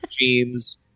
jeans